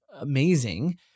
amazing